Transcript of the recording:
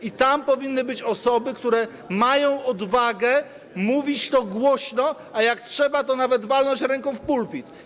I tam powinny być osoby, które mają odwagę mówić to głośno, a jak trzeba, to nawet walnąć ręką w pulpit.